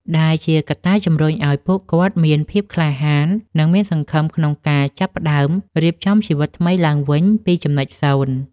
ដែលជាកត្តាជំរុញឱ្យពួកគាត់មានភាពក្លាហាន និងមានសង្ឃឹមក្នុងការចាប់ផ្ដើមរៀបចំជីវិតថ្មីឡើងវិញពីចំណុចសូន្យ។